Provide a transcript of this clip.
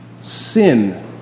sin